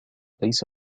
ليس